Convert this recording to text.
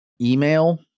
email